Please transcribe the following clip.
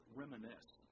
reminisce